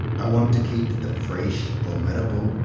i want to keep the fresh, formidable,